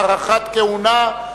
הארכת כהונה),